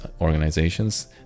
organizations